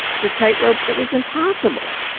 it's a tightrope that was impossible.